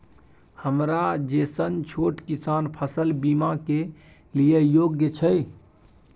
हमरा जैसन छोट किसान फसल बीमा के लिए योग्य छै?